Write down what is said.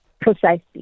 Precisely